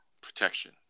Protection